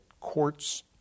courts